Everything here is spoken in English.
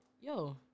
yo